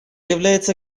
является